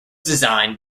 designed